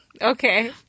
Okay